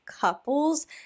couples